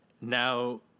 Now